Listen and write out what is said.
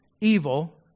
evil